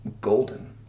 golden